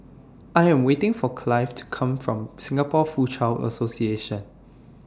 I Am waiting For Clive to Come from Singapore Foochow Association